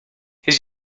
his